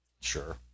Sure